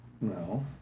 No